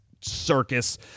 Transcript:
circus